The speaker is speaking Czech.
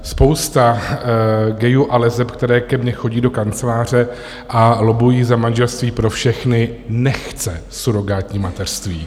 Spousta gayů a leseb, které ke mně chodí do kanceláře a lobbují za manželství pro všechny, nechce surogátní mateřství.